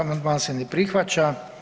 Amandman se ne prihvaća.